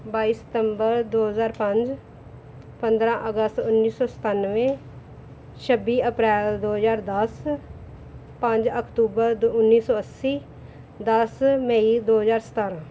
ਬਾਈ ਸਤੰਬਰ ਦੋ ਹਜ਼ਾਰ ਪੰਜ ਪੰਦਰ੍ਹਾਂ ਅਗਸਤ ਉੱਨੀ ਸੌ ਸਤਾਨਵੇਂ ਛੱਬੀ ਅਪ੍ਰੈਲ ਦੋ ਹਜ਼ਾਰ ਦਸ ਪੰਜ ਅਕਤੂਬਰ ਦ ਉੱਨੀ ਸੌ ਅੱਸੀ ਦਸ ਮਈ ਦੋ ਹਜ਼ਾਰ ਸਤਾਰ੍ਹਾਂ